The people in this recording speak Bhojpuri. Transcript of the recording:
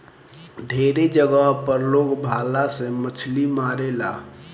ढेरे जगह पर लोग भाला से मछली मारेला